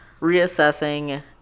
reassessing